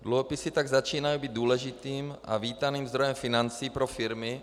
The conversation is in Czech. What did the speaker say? Dluhopisy tak začínají být důležitým a vítaným zdrojem financí pro firmy.